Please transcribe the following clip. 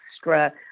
extra